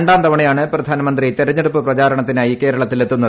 രണ്ടാം തവണയാണ് പ്രധാനമന്ത്രി തെരഞ്ഞെടുപ്പ് പ്രചാരണ്ട്ത്തിനായി കേരളത്തിലെത്തുന്നത്